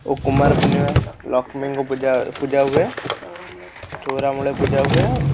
ଓ କୁମାରପୂର୍ଣ୍ଣିମା ଲକ୍ଷ୍ମୀଙ୍କୁ ପୂଜା ପୂଜା ହୁଏ ଚଉରା ମୂଳେ ପୂଜା ହୁଏ